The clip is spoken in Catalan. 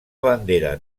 bandera